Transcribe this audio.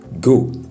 Go